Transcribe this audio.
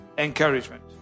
Encouragement